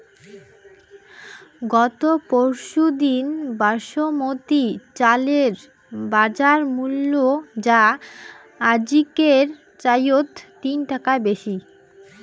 গত পরশুদিন বাসমতি চালের বাজারমূল্য যা আজিকের চাইয়ত তিন টাকা বেশি